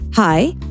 Hi